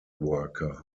worker